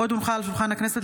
עוד הונחה על שולחן הכנסת,